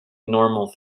normal